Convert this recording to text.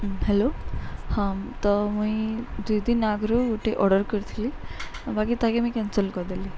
hello ହଁ ତ ମୁଇଁ ଦୁଇ ଦିନ୍ ଆଗରୁ ଗୋଟେ ଅର୍ଡ଼ର କରିଥିଲି ବାକି ତାକେ ମୁଇଁ କ୍ୟାନ୍ସେଲ କରିଦେଲି